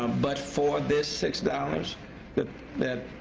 um but for this six dollars that that